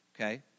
Okay